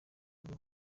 vuba